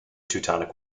teutonic